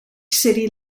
city